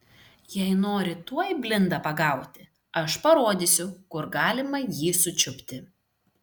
jei nori tuoj blindą pagauti aš parodysiu kur galima jį sučiupti